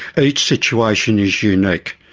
each situation is unique.